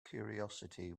curiosity